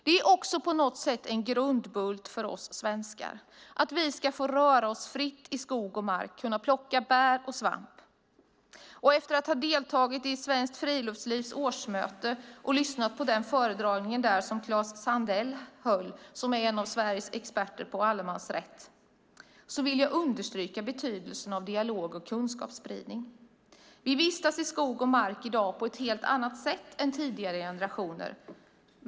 Det är en grundbult för oss svenskar att vi ska få röra oss fritt i skog och mark och kunna plocka bär och svamp. Efter att ha deltagit i Svenskt Friluftslivs årsmöte och lyssnat på den föredragning som Klas Sandell, en av Sveriges experter på allemansrätten, höll vill jag understryka betydelsen av dialog och kunskapsspridning. I dag vistas vi i skog och mark på ett helt annat sätt än tidigare generationer.